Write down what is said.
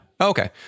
Okay